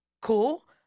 cool